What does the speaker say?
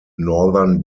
northern